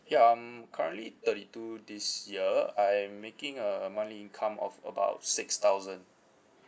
ya I'm currently thirty two this year I'm making a monthly income of about six thousand